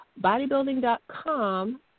bodybuilding.com